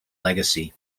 legacy